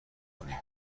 کنیم